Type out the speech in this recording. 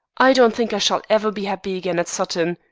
i don't think i shall ever be happy again at sutton